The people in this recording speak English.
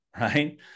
right